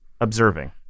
observing